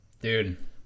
dude